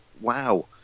wow